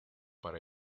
para